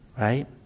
Right